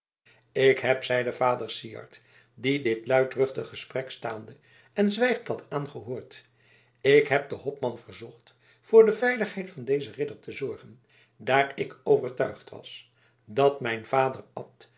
ik heb zeide vader syard die dit luidruchtig gesprek staande en zwijgend had aangehoord ik heb den hopman verzocht voor de veiligheid van dezen ridder te zorgen daar ik overtuigd was dat mijn vader abt